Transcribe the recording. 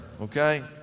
okay